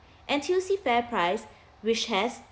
N_T_U_C fairprice which has